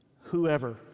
whoever